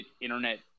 internet